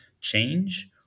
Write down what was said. change